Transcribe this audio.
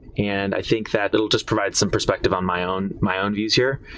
and i think that it will just provide some perspective on my own my own views here.